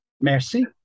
Merci